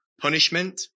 punishment